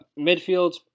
Midfield